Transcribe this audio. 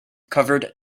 covered